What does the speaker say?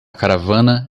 caravana